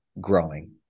growing